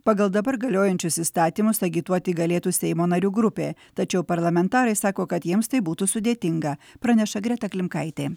pagal dabar galiojančius įstatymus agituoti galėtų seimo narių grupė tačiau parlamentarai sako kad jiems tai būtų sudėtinga praneša greta klimkaitė